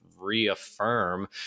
reaffirm